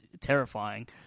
terrifying